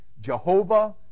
Jehovah